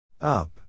Up